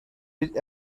with